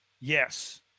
yes